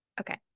okay